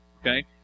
okay